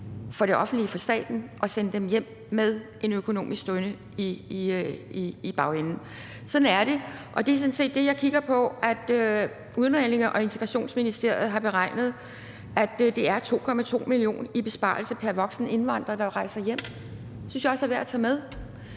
for det offentlige, for staten, at sende dem hjem med en økonomisk støtte. Sådan er det, og det er sådan set det, jeg kigger på, nemlig at Udlændinge- og Integrationsministeriet har beregnet, at det giver 2,2 mio. kr. i besparelse pr. voksen indvandrer, der rejser hjem. Det synes jeg også er værd at tage med.